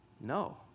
no